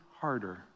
harder